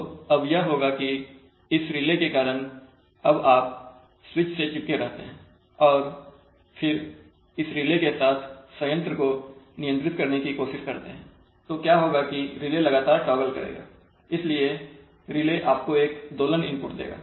तो अब यह होगा कि इस रिले के कारण अब आप स्विच से चिपके रहते हैं और फिर इस रिले के साथ संयंत्र को नियंत्रित करने की कोशिश करते हैं तो क्या होगा कि रिले लगातार टॉगल करेगा इसलिए रिले आपको एक दोलन इनपुट देगा